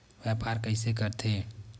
व्यापार कइसे करथे?